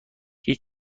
هیچ